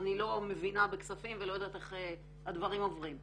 אני לא מבינה בכספים ואני לא יודעת איך הדברים עוברים.